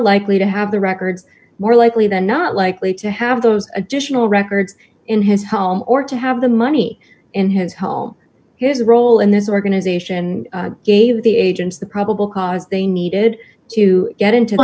likely to have the records more likely than not likely to have those additional records in his home or to have the money in his home his role in this organization and gave the agents the probable cause they needed to get into he